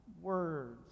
Words